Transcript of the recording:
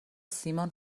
سیمان